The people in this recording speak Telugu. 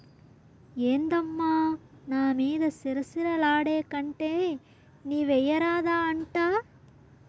ఏందమ్మా నా మీద సిర సిర లాడేకంటే నీవెయ్యరాదా అంట